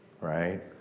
right